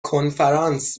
کنفرانس